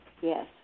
Yes